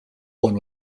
one